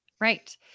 Right